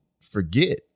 forget